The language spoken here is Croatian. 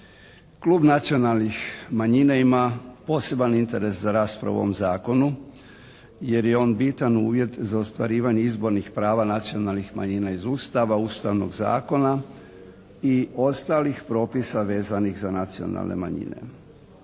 Klub nacionalnih manjina ima poseban interes za raspravu u ovom zakonu jer je on bitan uvjet za ostvarivanje izbornih prava nacionalnih manjina iz Ustava, Ustavnog zakona i ostalih propisa vezanih za nacionalne manjine.